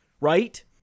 Right